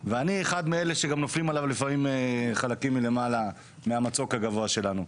ואני אחד מאלה שגם נופלים עליו לפעמים חלקים מלמעלה מהמצוק הגבוה שלנו.